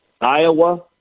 Iowa